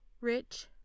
rich